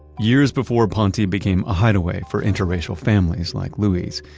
years before ponte became a hideaway for interracial families like louis's,